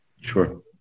Sure